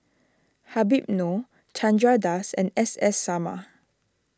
Habib Noh Chandra Das and S S Sarma